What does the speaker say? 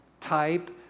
type